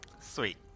Sweet